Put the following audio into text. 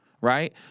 Right